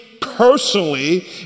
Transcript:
personally